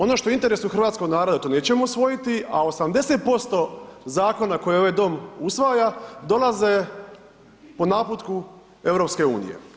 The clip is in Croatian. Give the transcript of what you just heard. Ono što je u interesu hrvatskog naroda to nećemo usvojiti a 80% zakona koje ovaj Dom usvaja dolaze po naputku EU.